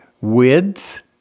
width